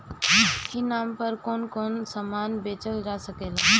ई नाम पर कौन कौन समान बेचल जा सकेला?